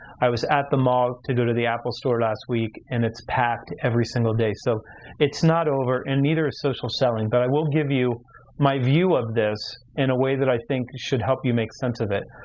i was at the mall to go to the apple store last week, and it's packed every single day, so it's not over and neither is social selling. but i will give you my view of this in a way that i think should help you make sense of it.